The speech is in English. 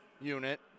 unit